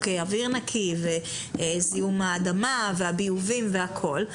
אוויר נקי וזיהום האדמה והביובים והכול,